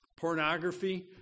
Pornography